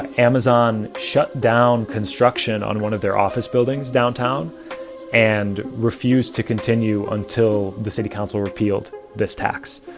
amazon shut down construction on one of their office buildings downtown and refused to continue until the city council repealed this tax.